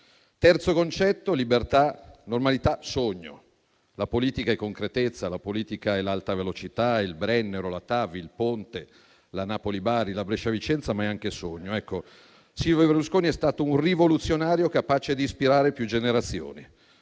terzo concetto, dopo la libertà e la normalità, è il sogno. La politica è concretezza, è l'alta velocità, il Brennero, la TAV, il Ponte, la Napoli-Bari, la Brescia-Vicenza, ma è anche sogno. Silvio Berlusconi è stato un rivoluzionario capace di ispirare più generazioni.